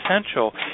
essential